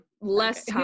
less